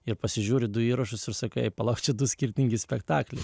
ir pasižiūri du įrašus ir sakai palauk čia du skirtingi spektakliai